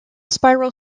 spiral